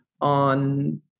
on